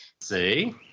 See